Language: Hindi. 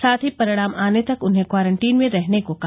साथ ही परिणाम आने तक उन्हें क्वारंटीन में रहने को कहा